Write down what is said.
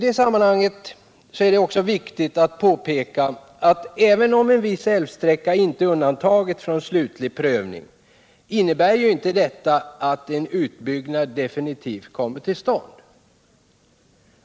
I detta sammanhang är det också viktigt att påpeka att även om en viss älvsträcka inte undantagits från slutlig prövning, innebär inte detta att en utbyggnad definitivt kommer till stånd.